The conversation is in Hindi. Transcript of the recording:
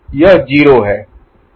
यह 0 है